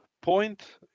point